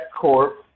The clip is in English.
Corp